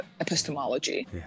epistemology